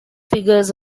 figures